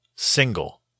Single